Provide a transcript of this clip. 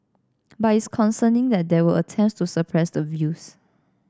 but it's concerning that there were attempts to suppress the views